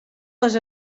les